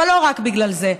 אבל לא רק בגלל זה.